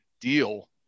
deal